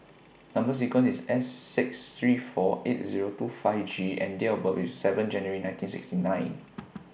Number sequence IS S six three four eight Zero two five G and Date of birth IS seven January nineteen sixty nine